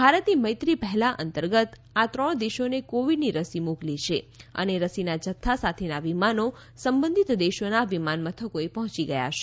ભારતે મૈત્રી પહેલા અંતર્ગત આ ત્રણ દેશોને કોવીડની રસી મોકલી છે અને રસીના જથ્થા સાથેના વિમાનો સંબંધીત દેશોના વિમાનમથકોએ પહોંચી ગયા છે